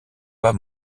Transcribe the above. pas